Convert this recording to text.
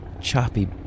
choppy